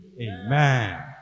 Amen